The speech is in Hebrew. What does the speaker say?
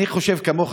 אני חושב כמוך,